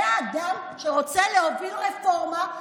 זה האדם שרוצה להוביל רפורמה,